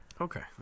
Okay